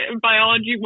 biology